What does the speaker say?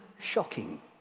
shocking